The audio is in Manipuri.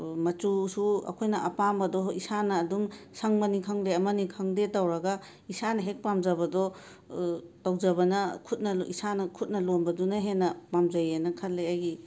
ꯃꯆꯨꯁꯨ ꯑꯩꯈꯣꯢꯅ ꯑꯄꯥꯝꯕꯗꯣ ꯏꯁꯥꯅ ꯑꯗꯨꯝ ꯁꯪꯕꯅꯤ ꯈꯪꯗꯦ ꯑꯃꯅꯤ ꯈꯪꯗꯦ ꯇꯧꯔꯒ ꯏꯁꯥꯅ ꯍꯦꯛ ꯄꯥꯝꯖꯕꯗꯣ ꯇꯧꯖꯕꯅ ꯈꯨꯠꯅ ꯏꯁꯥꯅ ꯈꯨꯠꯅ ꯂꯣꯟꯕꯗꯨꯅ ꯍꯦꯟꯅ ꯄꯥꯝꯖꯩ ꯑꯅ ꯈꯜꯂꯦ ꯑꯩꯒꯤ